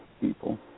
people